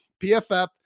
PFF